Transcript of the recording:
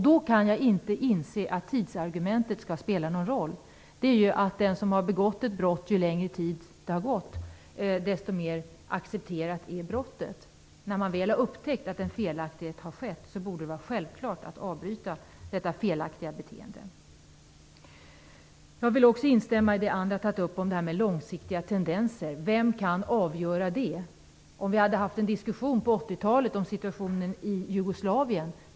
Då kan jag inte inse att tidsargumentet skall spela någon roll. Det är ju som att ett brott blir mer accepterat ju längre tid som har gått. När man väl har upptäckt att en felaktighet har skett borde det vara självklart att avbryta det felaktiga beteendet. Jag vill också instämma i det som andra har tagit upp om det här med långsiktiga tendenser. Vem kan avgöra sådant? Låt oss säga att vi hade haft en diskussion på 80-talet om situationen i Jugoslavien.